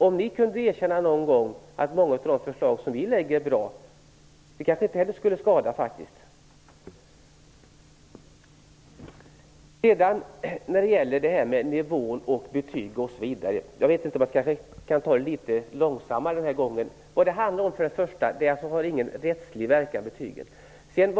Det skulle inte skada om ni någon gång kunde erkänna att många av de förslag vi lägger fram är bra. Det talades om nivåer, betyg osv. Jag kanske skall ta det litet långsammare den här gången. Det handlar bl.a. om att betygen inte har någon rättslig verkan.